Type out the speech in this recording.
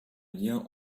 lien